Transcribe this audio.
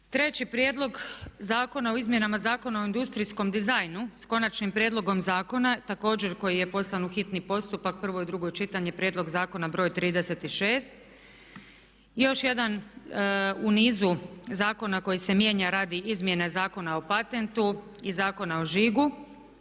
Treći prijedlog Zakona o izmjenama Zakona o industrijskom dizajnu s Konačnim prijedlogom zakona, također koji je poslan u hitni postupak, prvo i drugo čitanje, P.Z. br. 36. još jedan u nizu zakona koji se mijenja radi Izmjene zakona o patentu i Zakon o žigu,